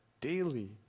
daily